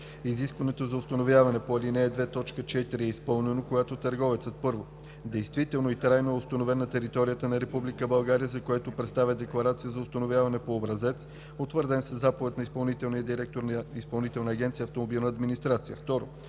Изискването за установяване по ал. 2, т. 4 е изпълнено, когато търговецът: 1. действително и трайно е установен на територията на Република България, за което представя декларация за установяване по образец, утвърден със заповед на изпълнителния